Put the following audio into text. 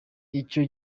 icyo